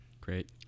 Great